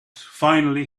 finally